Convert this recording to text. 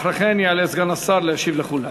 אחרי כן יעלה סגן השר להשיב לכולם.